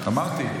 אמרתי,